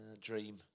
dream